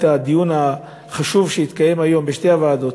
הדיון החשוב שהתקיים היום בשתי הוועדות,